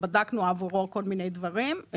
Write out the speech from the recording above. שבדקנו עבורו כל מיני דברים,